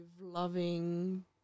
loving